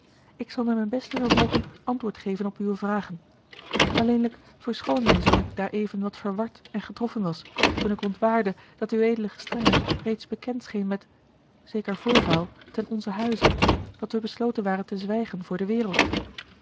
ik zal naar mijn beste vermogen antwoord geven op uwe vragen alleenlijk verschoon mij zoo ik daareven wat verward en getroffen was toen ik ontwaarde dat uedgestrenge reeds bekend scheen met zeker voorval ten onzen huize dat we besloten waren te zwijgen voor de wereld